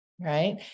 right